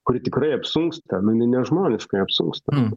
kuri tikrai apsunksta nu nežmoniškai apsunksta